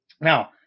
Now